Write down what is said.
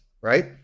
Right